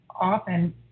often